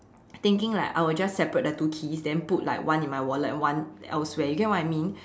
thinking like I will just separate the two keys then put like one in my wallet one elsewhere you get what I mean